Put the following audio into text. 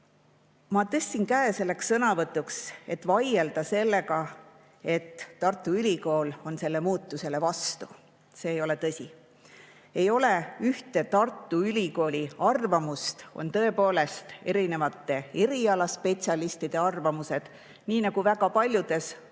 Ma tõstsin käe selleks sõnavõtuks, et vaielda sellega, nagu Tartu Ülikool oleks sellele muutusele vastu. See ei ole tõsi. Ei ole ühte Tartu Ülikooli arvamust, on erinevate spetsialistide arvamused. Nii nagu väga paljude [asjade